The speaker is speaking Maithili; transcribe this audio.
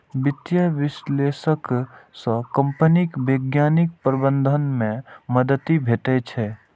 वित्तीय विश्लेषक सं कंपनीक वैज्ञानिक प्रबंधन मे मदति भेटै छै